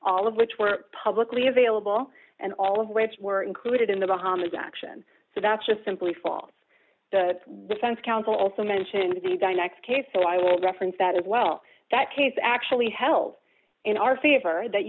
all of which were publicly available and all of which were included in the bahamas action so that's just simply false the defense counsel also mentioned the guy next case so i will reference that as well that case actually held in our favor that